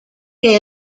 que